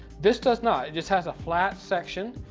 this does not. it just has a flat section,